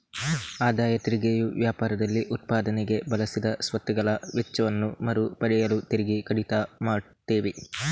ಆದಾಯ ತೆರಿಗೆಯು ವ್ಯಾಪಾರದಲ್ಲಿ ಉತ್ಪಾದನೆಗೆ ಬಳಸಿದ ಸ್ವತ್ತುಗಳ ವೆಚ್ಚವನ್ನ ಮರು ಪಡೆಯಲು ತೆರಿಗೆ ಕಡಿತ ಮಾಡ್ತವೆ